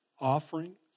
offerings